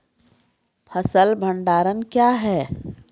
फसल भंडारण क्या हैं?